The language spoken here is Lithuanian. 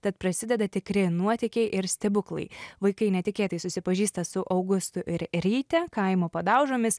tad prasideda tikri nuotykiai ir stebuklai vaikai netikėtai susipažįsta su augustu ir ryte kaimo padaužomis